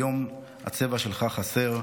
היום הצבע שלך חסר.